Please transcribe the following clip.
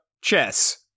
Chess